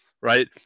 right